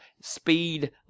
Speed